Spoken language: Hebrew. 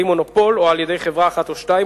מונופול או על-ידי חברה אחת או שתיים,